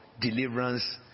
deliverance